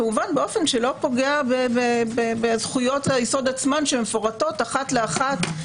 כמובן באופן שלא פוגע בזכויות היסוד עצמן שמפורטות אחת לאחת.